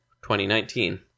2019